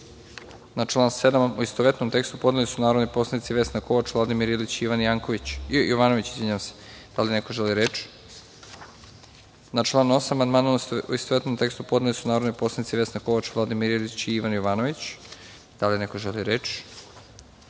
7. amandman u istovetnom tekstu, podneli su narodni poslanici Vesna Kovač, Vladimir Ilić i Ivan Jovanović. Da li neko želi reč?